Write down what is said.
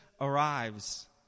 arrives